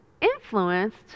influenced